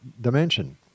dimension